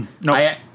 no